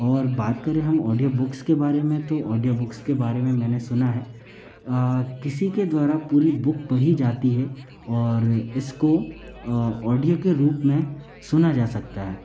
और बात करें हम ऑडियोबुक्स के बारे में तो ऑडियोबुक्स के बारे में मैंने सुना है किसी के द्वारा पूरी बुक पढ़ी जाती है और इसको ऑडियो के रूप में सुना जा सकता है